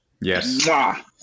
Yes